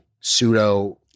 pseudo